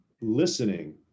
listening